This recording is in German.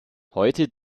heute